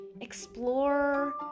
Explore